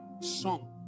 song